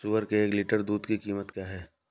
सुअर के एक लीटर दूध की कीमत क्या है?